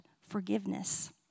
forgiveness